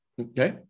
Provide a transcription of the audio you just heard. Okay